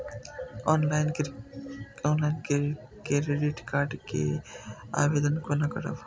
Online credit card के आवेदन कोना करब?